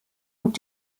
und